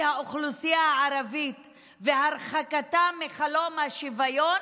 האוכלוסייה הערבית והרחקתה מחלום השוויון